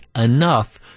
enough